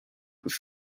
with